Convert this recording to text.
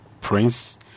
prince